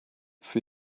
für